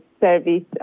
service